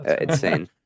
insane